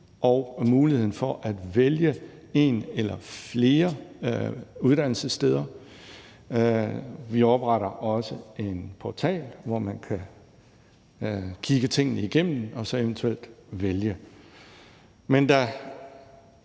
og mulighed for at vælge et eller flere uddannelsessteder. Vi opretter også en portal, hvor man kan kigge tingene igennem og så eventuelt vælge.